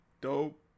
dope